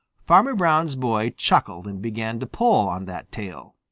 farmer brown's boy chuckled and began to pull on that tail.